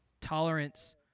tolerance